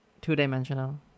two-dimensional